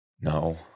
no